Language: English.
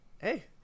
Hey